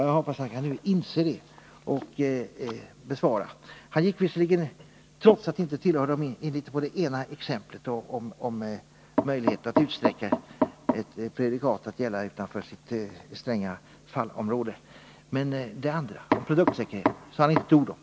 Jag hoppas att han kan inse det och följaktligen vill besvara mina frågor. Trots att frågorna inte skulle höra till handelsministerns område gick denne ändå in på det ena exemplet, om möjligheten att utsträcka ett prejudikat att gälla utanför det begränsade område som fallet avser — men det andra exemplet, om produktutveckling, sade han inte ett ord om.